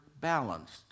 balanced